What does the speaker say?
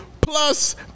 plus